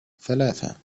ثلاثة